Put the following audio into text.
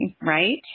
right